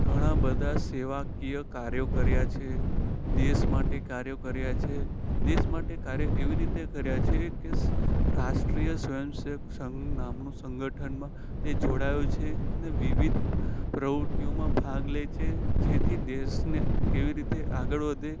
ઘણાં બધાં સેવાકીય કાર્યો કર્યાં છે દેશ માટે કાર્યો કર્યાં છે દેશ માટે કાર્ય એવી રીતે કર્યાં છે કે સ રાષ્ટ્રીય સ્વયંસેવક સંઘ નામનું સંગઠનમાં એ જોડાયો છે અને વિવિધ પ્રવૃત્તિઓમાં ભાગ લે છે જેથી દેશને કેવી રીતે આગળ વધે